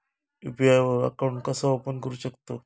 UPI वर account कसा open करू शकतव?